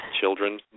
children